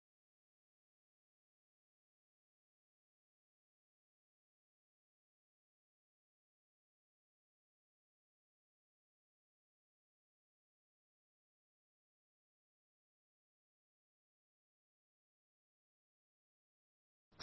म्हणून वास्तुशास्त्रीय स्वरूपाच्या बाबतीत आपल्याला ते करावे लागेल कधीकधी जोडणी करताना विचार करा जेणेकरून बोल्ट जोडणीच्या बाबतीत तोटा होईल आणि बोल्ट जोडण्यांची ताकद कमी असते